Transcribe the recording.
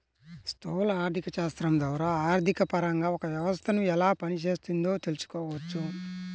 స్థూల ఆర్థికశాస్త్రం ద్వారా ఆర్థికపరంగా ఒక వ్యవస్థను ఎలా పనిచేస్తోందో తెలుసుకోవచ్చు